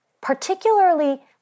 particularly